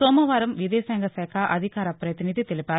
సోమవారం విదేశాంగ శాఖ అధికార ప్రతినిధి తెలిపారు